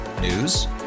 News